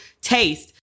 taste